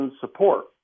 support